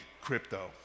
crypto